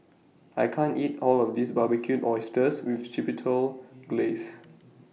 I can't eat All of This Barbecued Oysters with Chipotle Glaze